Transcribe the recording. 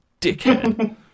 dickhead